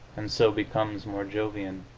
and so becomes more jovian.